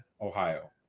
Ohio